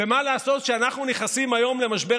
ומה לעשות שכשאנחנו נכנסים היום למשבר